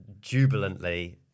jubilantly